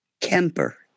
kemper